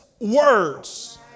words